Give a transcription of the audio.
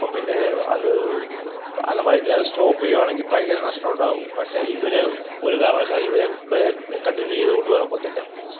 അപ്പം പിന്നെ അത് അഥവാ ഇനി അത് സ്റ്റോപ്പ് ചെയ്യുവാണെങ്കിൽ ഭയങ്കര നഷ്ടം ഉണ്ടാകും പക്ഷേ ഇവർ ഒരു കാരണവശാലും ഇവരെ ഇവരെ കണ്ടിന്യൂ ചെയ്തു കൊണ്ട് പോകാൻ ഒക്കത്തില്ല